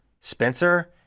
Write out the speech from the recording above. Spencer –